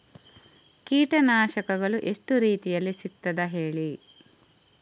ಕೀಟನಾಶಕಗಳು ಎಷ್ಟು ರೀತಿಯಲ್ಲಿ ಸಿಗ್ತದ ಹೇಳಿ